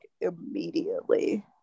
immediately